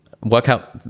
workout